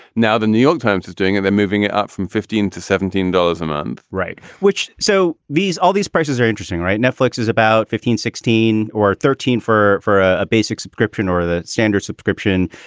now the new york times is doing and they're moving it up from fifteen to seventeen dollars a month right. which so these all these prices are interesting, right? netflix is about fifteen, sixteen or thirteen for for a basic subscription or the standard subscription.